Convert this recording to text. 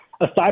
Aside